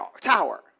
tower